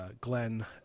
Glenn